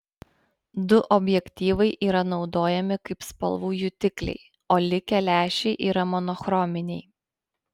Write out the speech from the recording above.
du objektyvai yra naudojami kaip spalvų jutikliai o likę lęšiai yra monochrominiai